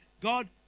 God